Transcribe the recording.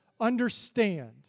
understand